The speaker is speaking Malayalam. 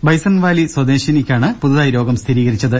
ബൈസൺവാലി സ്വദേശിനിക്കാണ് പുതുതായി രോഗം സ്ഥിരീകരിച്ചത്